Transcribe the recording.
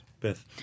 Beth